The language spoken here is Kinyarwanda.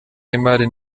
y’imari